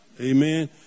Amen